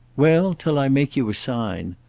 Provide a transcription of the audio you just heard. well, till i make you a sign.